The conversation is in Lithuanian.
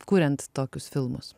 kuriant tokius filmus